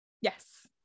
Yes